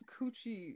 Coochie